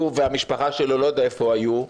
הוא והמשפחה שלו לא יודע איפה היו,